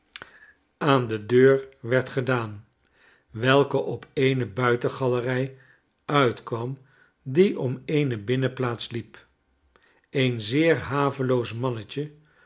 aan de deur werd gedaan welke op eene buitengalerij uitkwam die om eene binnenplaats liep een zeer haveloos mannetje